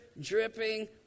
dripping